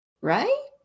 Right